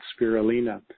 spirulina